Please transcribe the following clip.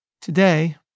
Today